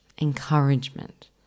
Encouragement